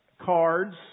cards